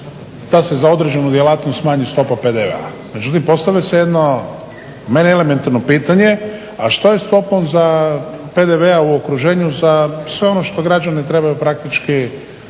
da se za određenu djelatnost smanji stopa PDV-a. Međutim postavlja se jedno meni elementarno pitanje. A što je sa stopom PDV-a u okruženju za sve ono što građani trebaju praktički